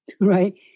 Right